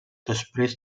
després